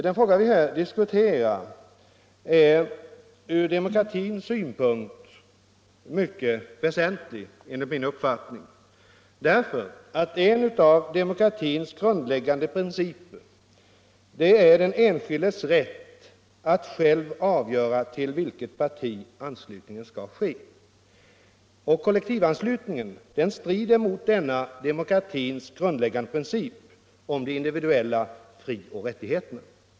Den fråga vi här diskuterar är enligt min uppfattning ur demokratins synpunkt mycket väsentlig, eftersom en av demokratins grundläggande principer är den enskildes rätt att själv avgöra till vilket parti han skall ansluta sig. Kollektivanslutningen strider mot denna de 33 mokratins grundläggande princip om de medborgerliga frioch rättigheterna.